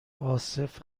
عاصف